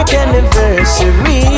anniversary